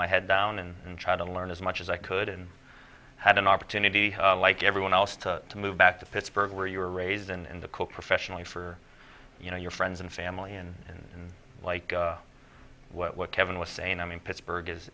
my head down and try to learn as much as i could and had an opportunity like everyone else to to move back to pittsburgh where you were raised and in the cool professionally for you know your friends and family and like what kevin was saying i mean pittsburgh is